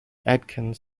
adkins